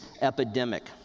epidemic